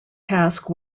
task